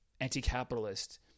anti-capitalist